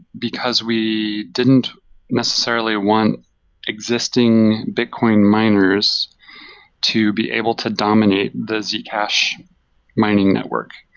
because we didn't necessarily want existing bitcoin miners to be able to dominate the zcash mining network,